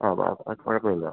അത് ആ കുഴപ്പമില്ല